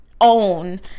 own